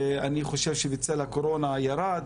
אני חושב שבצל הקורונה הוא ירד,